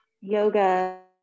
Yoga